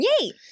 Yay